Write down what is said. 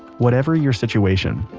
whatever your situation,